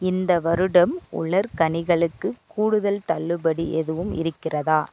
இந்த வருடம் உலர் கனிகளுக்கு கூடுதல் தள்ளுபடி எதுவும் இருக்கிறதா